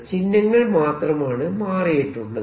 ചിഹ്നങ്ങൾ മാത്രമാണ് മാറിയിട്ടുള്ളത്